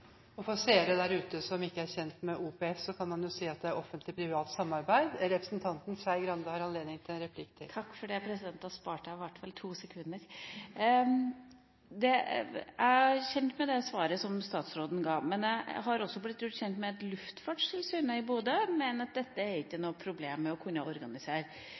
For seere der ute som ikke er kjent med OPS, kan man si at det er offentlig–privat samarbeid. Takk for det, president. Da sparte jeg i hvert fall to sekunder. Jeg er kjent med det svaret som statsråden ga. Men jeg har også blitt gjort kjent med at Luftfartstilsynet i Bodø mener at dette ikke er noe problematisk å organisere. Derfor vil jeg be statsråden om å